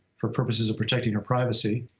for purposes of protecting her privacy.